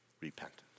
repentance